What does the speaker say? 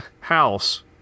House